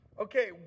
okay